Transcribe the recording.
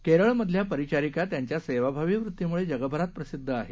केरळमधल्या परिचारिका त्यांच्या सेवाभावी वृत्तीमुळे जगभरात प्रसिदध आहेत